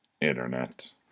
Internet